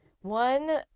one